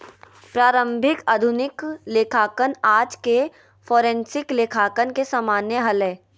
प्रारंभिक आधुनिक लेखांकन आज के फोरेंसिक लेखांकन के समान हलय